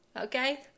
okay